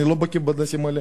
אני לא בקי בנושאים האלה.